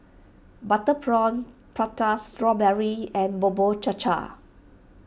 Butter Prawn Prata Strawberry and Bubur Cha Cha